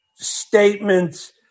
statements